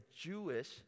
Jewish